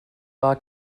war